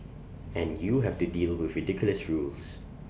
and you have to deal with ridiculous rules